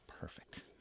perfect